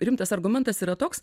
rimtas argumentas yra toks